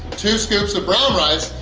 two scoops of brown rice,